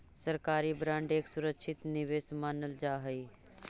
सरकारी बांड एक सुरक्षित निवेश मानल जा हई